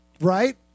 right